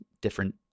different